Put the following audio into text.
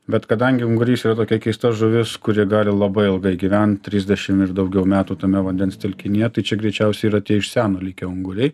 bet kadangi ungurys yra tokia keista žuvis kuri gali labai ilgai gyvent trisdešim ir daugiau metų tame vandens telkinyje tai čia greičiausiai yra tie iš seno likę unguriai